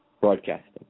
broadcasting